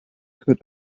could